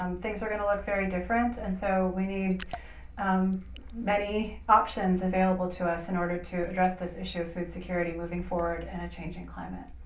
um things are going to look very different and so we need many options available to us in order to address this issue of food security moving forward in and a changing climate.